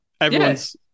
Everyone's